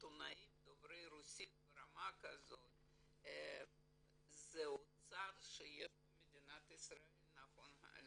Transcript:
עיתונאים דוברי רוסית ברמה כזאת זה אוצר שיש במדינת ישראל נכון להיום,